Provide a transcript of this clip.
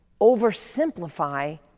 oversimplify